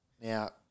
now